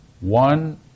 one